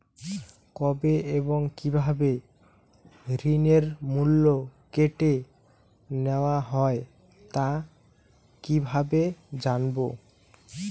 কবে এবং কিভাবে ঋণের মূল্য কেটে নেওয়া হয় তা কিভাবে জানবো?